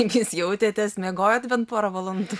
jūs jautėtės miegojot bent porą valandų